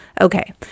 Okay